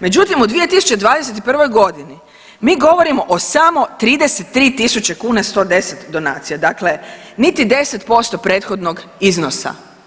Međutim, u 2021.g. mi govorimo o samo 33.000 kuna i 110 donacija, dakle niti 10% prethodnog iznosa.